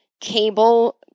cable